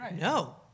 No